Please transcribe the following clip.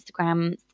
instagram